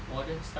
modern stuff